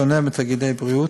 בשונה מתאגידי הבריאות,